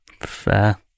Fair